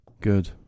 Good